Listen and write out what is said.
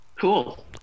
Cool